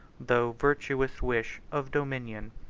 though virtuous wish of dominion.